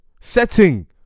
setting